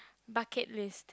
bucket list